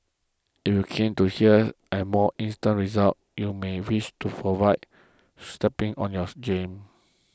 if you're keener to hear and more instant results you may wish to forward stepping on your game